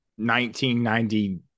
1990